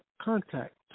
contact